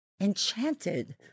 enchanted